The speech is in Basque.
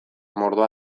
mordoa